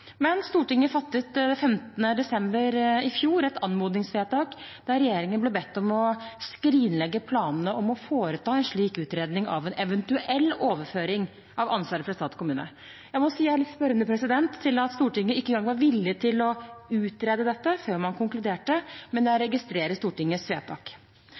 Men Stortinget fattet 15. desember i fjor et anmodningsvedtak der regjeringen ble bedt om å skrinlegge planene om å foreta en slik utredning av en eventuell overføring av ansvaret fra stat til kommune. Jeg må si jeg er litt spørrende til at Stortinget ikke engang var villig til å utrede dette før man konkluderte, men jeg registrerer Stortingets vedtak.